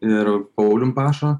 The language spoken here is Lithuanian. ir paulium paša